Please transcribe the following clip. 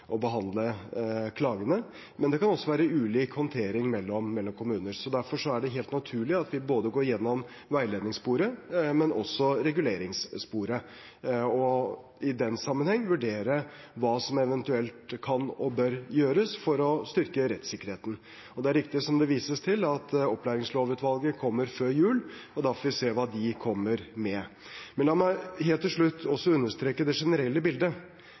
behandle klagene, men det kan også være ulik håndtering mellom kommuner. Derfor er det helt naturlig at vi går igjennom både veiledningssporet og reguleringssporet og i den sammenheng vurderer hva som eventuelt kan og bør gjøres for å styrke rettssikkerheten. Det er riktig, som det vises til, at opplæringslovutvalget kommer med sin utredning før jul, og da får vi se hva de kommer med. Men la meg helt til slutt understreke det generelle bildet: